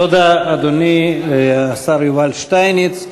תודה, אדוני, השר יובל שטייניץ,